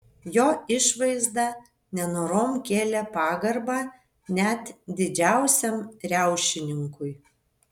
jo išvaizda nenorom kėlė pagarbą net didžiausiam riaušininkui